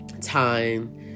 time